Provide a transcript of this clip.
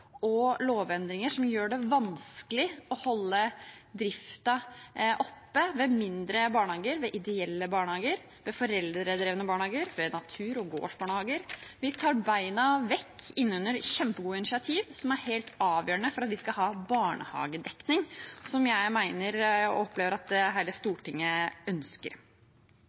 og lovendringer som gjør det vanskelig å holde driften oppe ved mindre barnehager, ved ideelle barnehager, ved foreldredrevne barnehager, ved natur- og gårdsbarnehager. Vi slår bena vekk under kjempegode initiativ som er helt avgjørende for at vi skal ha barnehagedekning, som jeg mener og opplever at hele Stortinget ønsker.